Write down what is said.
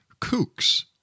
kooks